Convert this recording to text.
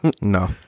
no